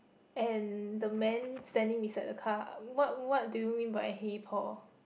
and the man standing beside the car what what do you mean by hey Paul